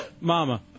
Mama